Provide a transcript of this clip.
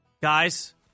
guys